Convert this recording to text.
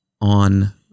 on